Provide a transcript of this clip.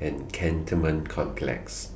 and Cantonment Complex